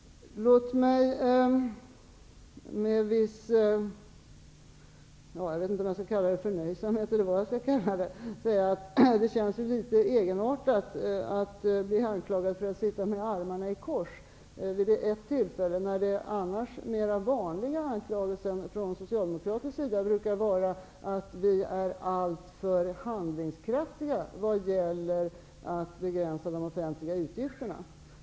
Låt mig med viss förnöjsamhet säga att det känns litet egenartat att bli anklagad för att sitta med armarna i kors. Den vanliga anklagelsen från Socialdemokraterna brukar annars vara att vi är alltför handlingskraftiga vad gäller att begränsa de offentliga utgifterna.